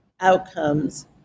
outcomes